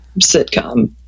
sitcom